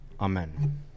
Amen